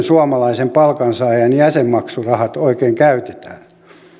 suomalaisen palkansaajan jäsenmaksurahat oikein käytetään